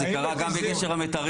זה קרה גם בגשר המיתרים,